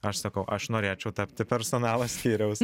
aš sakau aš norėčiau tapti personalo skyriaus